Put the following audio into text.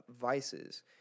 vices